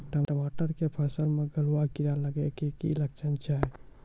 टमाटर के फसल मे गलुआ कीड़ा लगे के की लक्छण छै